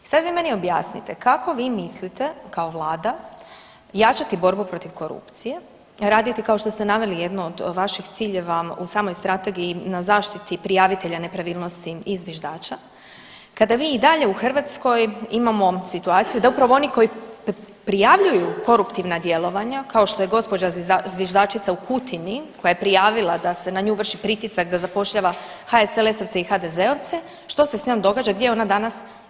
I sad vi meni objasnite kako vi mislite kao vlada jačati borbu protiv korupcije, raditi kao što ste naveli jednu od vaših ciljeva u samoj strategiji na zaštiti prijavitelja nepravilnosti i zviždača kada mi i dalje u Hrvatskoj imamo situaciju da upravo oni koji prijavljuju koruptivna djelovanja, kao što je gospođa zviždačica u Kutini koja je prijavila da se na nju vrši pritisak da zapošljava HSLS-ovce i HDZ-ovce što se s njom događa, gdje je ona danas?